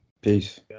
Peace